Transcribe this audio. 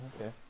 Okay